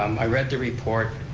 um i read the report,